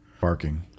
barking